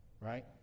right